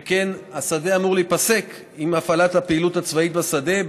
שכן השדה אמור להיסגר עם הפעלת הפעילות הצבאית בשדה,